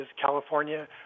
California